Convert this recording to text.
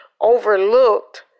overlooked